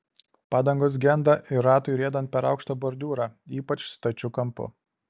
padangos genda ir ratui riedant per aukštą bordiūrą ypač stačiu kampu